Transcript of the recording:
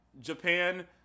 Japan